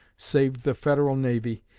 saved the federal navy,